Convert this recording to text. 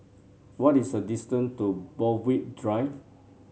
what is the distance to Borthwick Drive